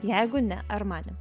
jeigu ne armani